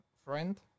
friend